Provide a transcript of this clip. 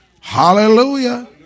Hallelujah